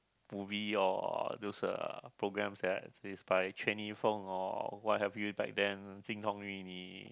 movie or those uh programs that are is by or what have you like them